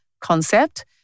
concept